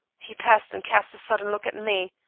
he paused and cast a sudden look at me.